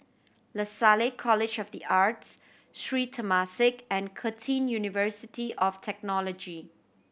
Lasalle College of The Arts Sri Temasek and Curtin University of Technology